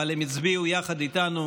אבל הם הצביעו יחד איתנו